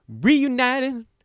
reunited